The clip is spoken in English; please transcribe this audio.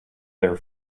their